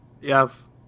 Yes